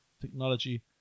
technology